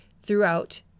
throughout